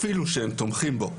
אפילו שהם תומכים בו.